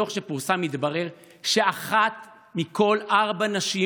בדוח שפורסם מתברר שאחת מכל ארבע נשים